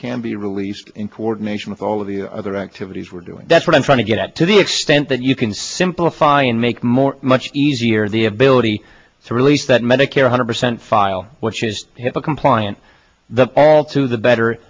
can be released in coordination with all the other activities we're doing that's what i'm trying to get to the extent that you can simplify and make more much easier the ability to release that medicare hundred percent file which is hipaa compliant the all to the better